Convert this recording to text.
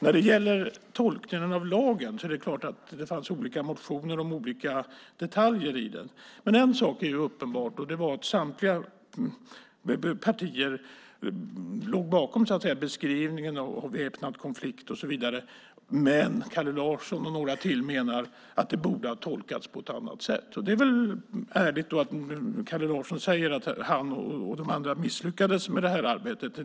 När det gäller tolkningen av lagen fanns det olika motioner om olika detaljer i den. En sak är uppenbar - samtliga partier låg bakom beskrivningen av väpnad konflikt och så vidare. Men Kalle Larsson och några till menar att det borde ha tolkats på ett annat sätt. Det är väl ärligt att Kalle Larsson säger att han och de andra misslyckades med arbetet.